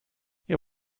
ihr